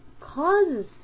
causes